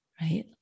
right